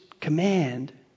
command